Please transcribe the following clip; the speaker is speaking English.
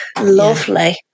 lovely